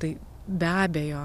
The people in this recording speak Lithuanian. tai be abejo